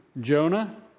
Jonah